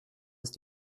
ist